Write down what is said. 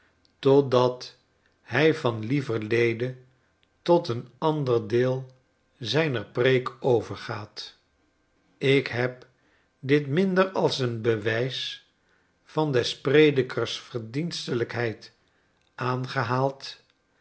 totdat hij van lieverlede tot een ander deel zijner preek overgaat ik heb dit minder als een bewijs van des predikers verdienstelijkheid aangehaald